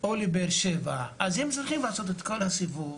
או באר שבע, הם צריכים לעשות את כל הדרך.